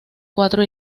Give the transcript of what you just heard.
cuatro